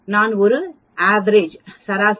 நான் ஒரு a v e r a g e சராசரி